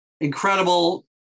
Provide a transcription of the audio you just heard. incredible